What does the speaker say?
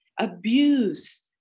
abuse